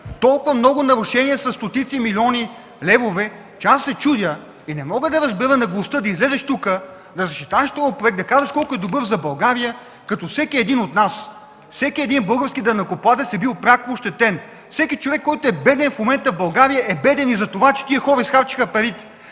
платени; много нарушения за стотици милиони левове, че се чудя и не мога да разбера наглостта да излезеш тук, да защитаваш този проект и да казваш колко е добър за България, като всеки един от нас, всеки един български данъкоплатец е бил пряко ощетен. Всеки човек, който е беден в момента в България, е беден и затова, че тези хора изхарчиха парите.